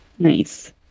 Nice